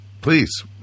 Please